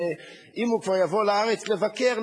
שאם הוא כבר יבוא לארץ לבקר,